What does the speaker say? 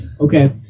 okay